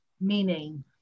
meaning